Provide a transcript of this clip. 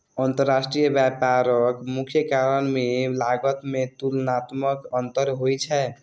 अंतरराष्ट्रीय व्यापारक मुख्य कारण मे लागत मे तुलनात्मक अंतर होइ छै